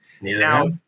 Now